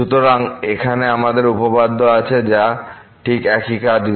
সুতরাং এখানে আমাদের উপপাদ্য আছে যা ঠিক একই কাজ করে